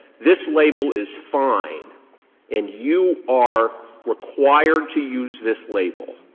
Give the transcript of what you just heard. this label is fine and you are required to use this label,